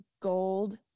Gold